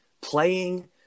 playing